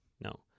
No